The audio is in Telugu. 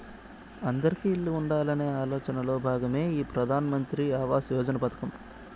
అందిరికీ ఇల్లు ఉండాలనే ఆలోచనలో భాగమే ఈ ప్రధాన్ మంత్రి ఆవాస్ యోజన పథకం